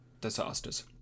disasters